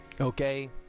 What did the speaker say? Okay